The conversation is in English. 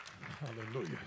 Hallelujah